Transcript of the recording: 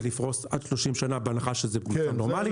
לפרוס עד 30 שנה בהנחה שזה בטווח נורמלי,